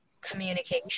communication